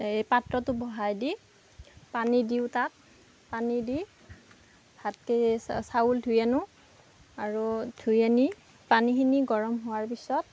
এই পাত্ৰটো বহাই দি পানী দিওঁ তাত পানী দি ভাত চাউল ধুই আনো আৰু ধুই আনি পানীখিনি গৰম হোৱাৰ পিছত